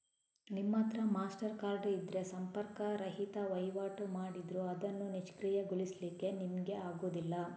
ನಿಮ್ಮತ್ರ Mastercard ಇದ್ರೆ ಸಂಪರ್ಕ ರಹಿತ ವೈವಾಟು ಮಾಡಿದ್ರೂ ಅದನ್ನು ನಿಷ್ಕ್ರಿಯಗೊಳಿಸ್ಲಿಕ್ಕೆ ನಿಮ್ಗೆ ಆಗುದಿಲ್ಲ